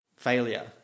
failure